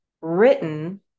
written